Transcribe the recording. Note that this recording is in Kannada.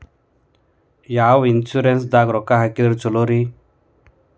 ಯಾವ ಇನ್ಶೂರೆನ್ಸ್ ದಾಗ ರೊಕ್ಕ ಹಾಕಿದ್ರ ಛಲೋರಿ?